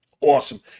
Awesome